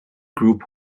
group